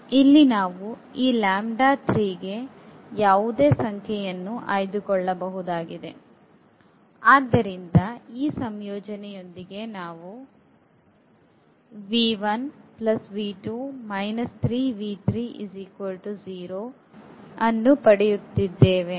ನಾವು ಇಲ್ಲಿಗೆ ಯಾವುದೇ ಸಂಖ್ಯೆಯನ್ನು ಆಯ್ದುಕೊಳ್ಳಬಹುದಾಗಿದೆ ಆದ್ದರಿಂದ ಈ ಸಂಯೋಜನೆಯೊಂದಿಗೆ ನಾವು ಅನ್ನು ಪಡೆಯುತ್ತಿದ್ದೇವೆ